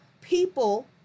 people